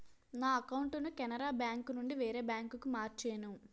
నా అకౌంటును కెనరా బేంకునుండి వేరే బాంకుకు మార్చేను